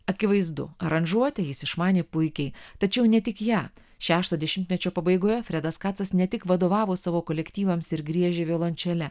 akivaizdu aranžuotę jis išmanė puikiai tačiau ne tik ją šešto dešimtmečio pabaigoje fredas kacas ne tik vadovavo savo kolektyvams ir griežė violončele